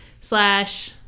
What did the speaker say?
slash